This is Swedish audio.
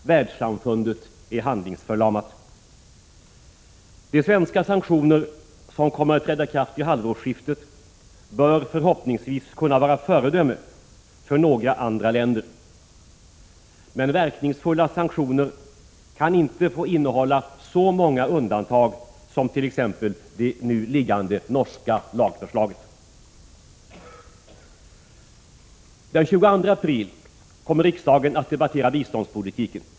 Världssamfundet är handlingsförlamat. De svenska sanktioner som kommer att träda i kraft vid halvårsskiftet bör förhoppningsvis kunna vara föredöme för några andra länder. Men verkningsfulla sanktioner kan inte få innehålla så många undantag som t.ex. det nu liggande norska lagförslaget. Den 22 april kommer riksdagen att debattera biståndspolitiken.